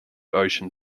ocean